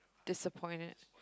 disappointed